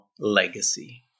Legacy